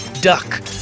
duck